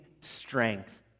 strength